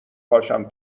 پاشم